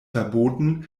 verboten